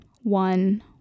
one